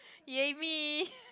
ya me